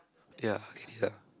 ya keep it up